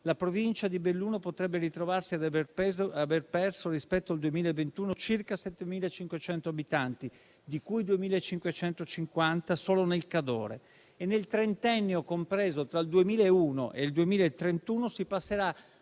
la Provincia di Belluno potrebbe ritrovarsi ad aver perso, rispetto al 2021, circa 7.500 abitanti, di cui 2.550 solo nel Cadore e nel trentennio compreso tra il 2001 e il 2031 si passerà